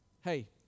Hey